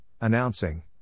announcing